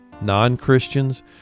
Non-Christians